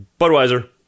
Budweiser